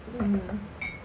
mm